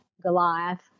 Goliath